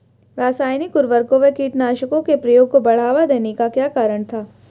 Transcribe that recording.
रासायनिक उर्वरकों व कीटनाशकों के प्रयोग को बढ़ावा देने का क्या कारण था?